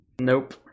Nope